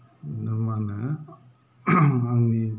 दा मा होनो आंनि